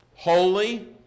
Holy